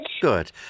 Good